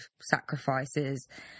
sacrifices